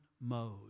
mode